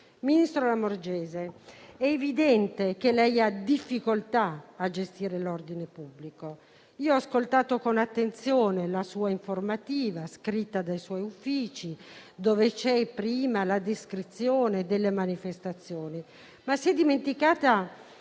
Ministro Lamorgese, è evidente che lei ha difficoltà a gestire l'ordine pubblico. Ho ascoltato con attenzione la sua informativa, scritta dai suoi uffici, dove c'è prima la descrizione delle manifestazioni. Ma si è dimenticata